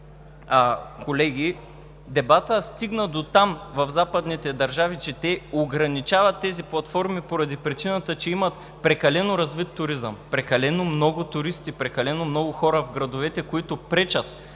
колеги, дебатът стигна дотам в западните държави, че те ограничават тези платформи поради причината, че имат прекалено развит туризъм, прекалено много туристи, прекалено много хора в градовете, които пречат